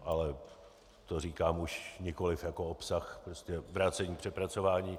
Ale to říkám už nikoliv jako obsah, prostě vrácení k přepracování.